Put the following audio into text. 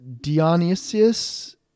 Dionysius